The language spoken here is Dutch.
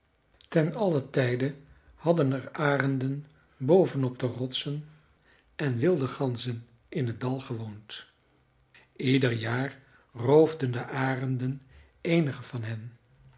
ten allen tijde hadden er arenden boven op de rotsen en wilde ganzen in het dal gewoond ieder jaar roofden de arenden eenige van hen